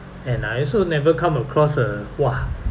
and I also never come across a !wah!